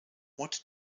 what